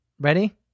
Ready